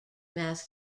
math